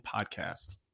podcast